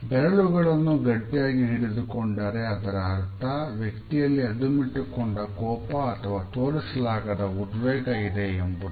ಬೆರಳುಗಳನ್ನು ಗಟ್ಟಿಯಾಗಿ ಹಿಡಿದುಕೊಂಡರೆ ಅದರ ಅರ್ಥ ವ್ಯಕ್ತಿಯಲ್ಲಿ ಅದುಮಿಟ್ಟುಕೊಂಡ ಕೋಪ ಅಥವಾ ತೋರಿಸಲಾಗದ ಉದ್ವೇಗ ಇದೆ ಎಂಬುದು